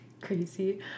crazy